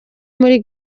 muri